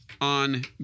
on